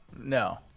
No